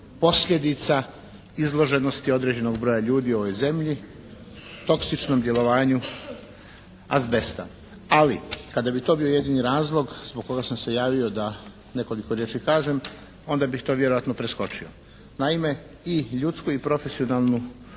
posljedica izloženih određenog broja ljudi u ovoj zemlji toksičnom djelovanju azbesta. Ali kada bi to bio jedini razlog zbog kojeg sam se javio da nekoliko riječi kažem onda bih to vjerojatno preskočio. Naime, ljudsku i profesionalnu